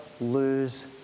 lose